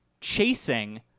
chasing